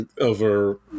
over